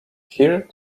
here